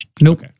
Nope